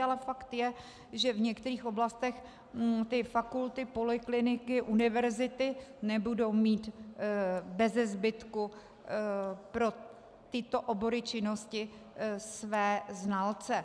Ale fakt je, že v některých oblastech ty fakulty, polikliniky, univerzity nebudou mít bezezbytku pro tyto obory činnosti své znalce.